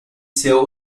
sehr